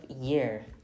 year